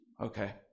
okay